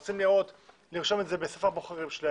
הם רוצים לרשום את זה בספר הבוחרים שלהם,